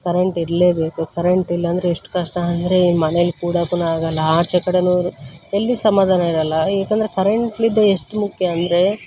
current ಇರಲೇಬೇಕು ಕರೆಂಟಿಲ್ಲ ಅಂದರೆ ಎಷ್ರಟು ಕಷ್ಟ ಅಂದರೆ ಮನೆಯಲ್ಲಿ ಕೂಡಕೂನು ಆಗಲ್ಲ ಆಚೆ ಕಡೆನೂ ಎಲ್ಲೂ ಸಮಾಧಾನ ಇರಲ್ಲ ಯಾಕಂದರೆ ಕರೆಂಟ್ ನಿದ್ದೆ ಎಷ್ಟು ಮುಖ್ಯ ಅಂದರೆ